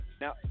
now